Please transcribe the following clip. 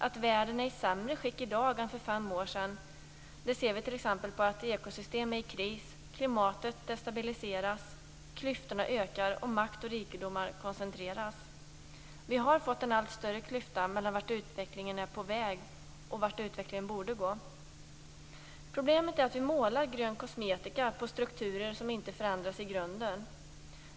Att världen är i sämre skick i dag än för fem år sedan ser vi t.ex. på att ekosystem är i kris. Klimatet destabiliseras, klyftorna ökar och makt och rikedomar koncentreras. Vi har fått en allt större klyfta mellan vart utvecklingen är på väg och vart utvecklingen borde gå. Problemet är att vi målar grön kosmetika på strukturer som inte förändras i grunden.